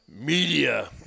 Media